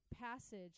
passage